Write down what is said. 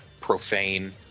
Profane